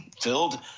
filled